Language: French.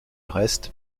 reste